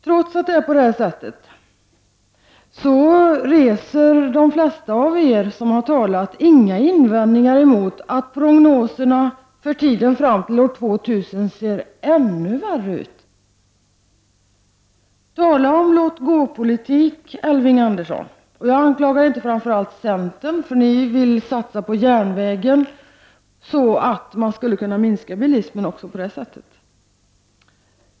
Trots att detta förhållande råder, reser de flesta av er som har talat inga invändningar mot att prognoserna för tiden fram till år 2000 ser ännu värre ut. Tala om låt-gå-politik, Elving Andersson! Jag anklagar inte framför allt centern, för ni vill ju satsa på järnvägar så att bilismen även på det sättet kan minskas.